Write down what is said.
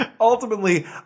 Ultimately